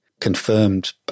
confirmed